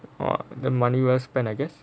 oh the money well spent I guess